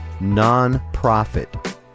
non-profit